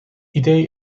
idee